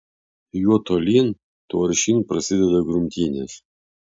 juo tolyn tuo aršyn prasideda grumtynės